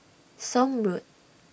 Somme Road